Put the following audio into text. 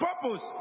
purpose